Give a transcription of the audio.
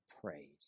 praise